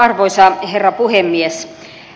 arvoisa herra puhemies